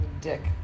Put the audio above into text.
dick